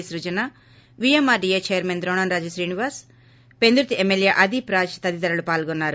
స్ఫుజన VMRDA chairman Dronamraju Srinivasarao Pendurthi MLA Adipraj తదితరులు పాల్గొన్నారు